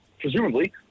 presumably